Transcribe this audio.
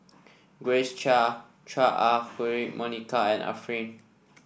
Grace Chia Chua Ah Huwa Monica and Arifin